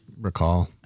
recall